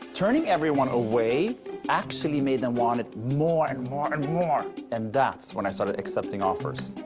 turning everyone away actually made them want it more, and more, and more. and that's when i started accepting offers.